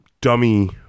dummy